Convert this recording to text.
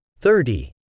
Thirty